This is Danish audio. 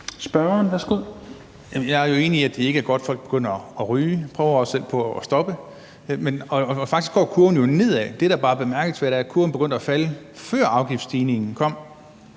Flydtkjær (DF): Jeg er jo enig i, at det ikke er godt, at folk begynder at ryge – jeg prøver også selv på at stoppe. Og faktisk går kurven jo nedad, men det, der bare er bemærkelsesværdigt, er, at kurven begyndte at falde, før afgiftsstigningen kom,